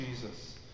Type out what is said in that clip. Jesus